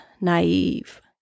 naive